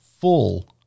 full